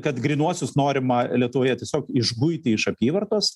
kad grynuosius norima lietuvoje tiesiog išguiti iš apyvartos